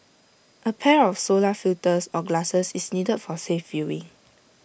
A pair of solar filters or glasses is needed for safe viewing